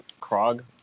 Krog